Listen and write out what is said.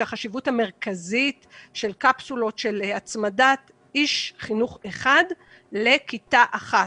החשיבות המרכזית של קפסולות של הצמדת איש חינוך אחד לכיתה אחת.